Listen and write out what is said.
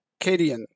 Cadian